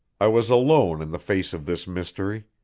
i was alone in the face of this mystery.